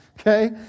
Okay